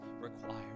required